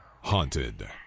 haunted